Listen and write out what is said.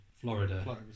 florida